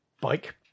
bike